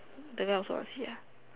the guy also want see ah